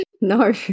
no